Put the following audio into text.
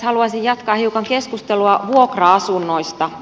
haluaisin jatkaa hiukan keskustelua vuokra asunnoista